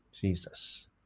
Jesus